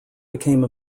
became